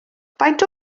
faint